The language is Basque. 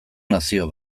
nazio